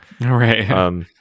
Right